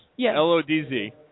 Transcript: L-O-D-Z